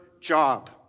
job